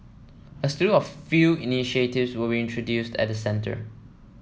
a slew of few initiatives will be introduced at the centre